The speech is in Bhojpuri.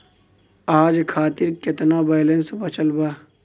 आज खातिर केतना बैलैंस बचल बा?